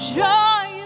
joy